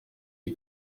iyi